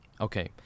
Okay